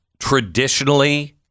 Traditionally